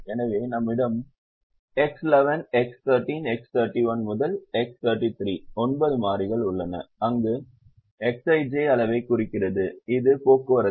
எனவே நம்மிடம் X11 X13 X31 முதல் X33 9 மாறிகள் உள்ளன அங்கு Xij அளவைக் குறிக்கிறது அது போக்குவரத்து